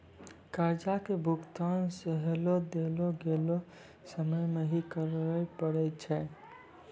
कर्जा के भुगतान सेहो देलो गेलो समय मे ही करे पड़ै छै